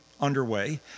underway